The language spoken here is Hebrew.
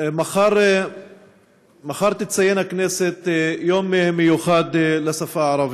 מחר תציין הכנסת יום מיוחד לשפה הערבית.